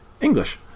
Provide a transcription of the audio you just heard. English